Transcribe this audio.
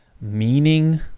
meaning